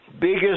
biggest